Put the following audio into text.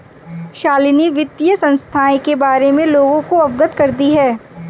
शालिनी वित्तीय संस्थाएं के बारे में लोगों को अवगत करती है